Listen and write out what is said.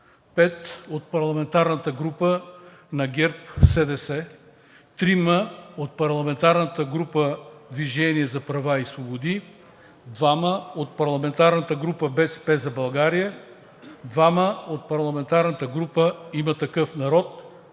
5 от парламентарната група на ГЕРБ СДС, 3 от парламентарната група „Движение за права и свободи“, 2 от парламентарната група на „БСП за България“, 2 от парламентарната група на „Има такъв народ“,